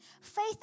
faith